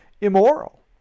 immoral